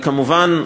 כמובן,